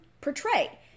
portray